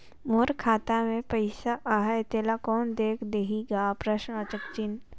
मोर खाता मे पइसा आहाय तेला कोन देख देही गा?